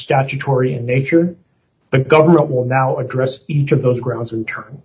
statutory in nature the government will now address each of those grounds in turn